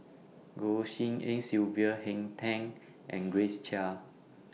Goh Tshin En Sylvia Henn Tan and Grace Chia